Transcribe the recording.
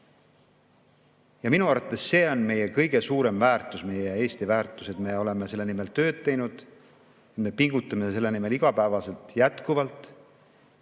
Minu arvates on see meie kõige suurem väärtus, meie Eesti väärtus, me oleme selle nimel tööd teinud, me pingutame selle nimel iga päev jätkuvalt.